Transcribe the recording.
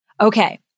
Okay